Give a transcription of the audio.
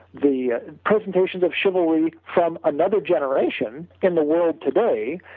the presentations of chivalry from another generation in the world today,